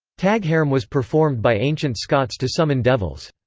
taghairm was performed by ancient scots to summon devils.